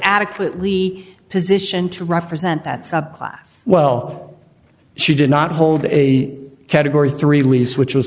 adequately position to represent that subclass well she did not hold a category three lease which was